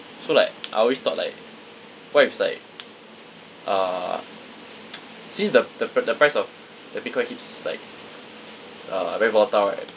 so like I always thought like what if it's like uh since the the the price of the bitcoin keeps like uh very volatile right